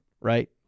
right